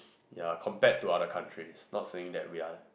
ya compared to other countries not saying that we are